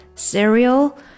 Cereal